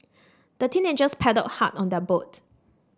the teenagers paddled hard on their boat